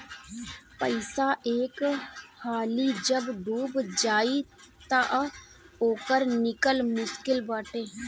पईसा एक हाली जब डूब जाई तअ ओकर निकल मुश्लिक बाटे